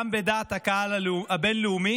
גם בדעת הקהל הבין-לאומית,